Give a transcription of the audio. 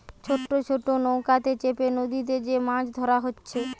ছোট ছোট নৌকাতে চেপে নদীতে যে মাছ ধোরা হচ্ছে